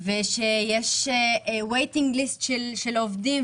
יש רשימת המתנה של עובדים,